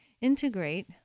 integrate